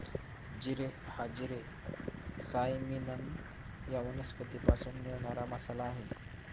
जिरे हा जिरे सायमिनम या वनस्पतीपासून मिळणारा मसाला आहे